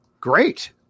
great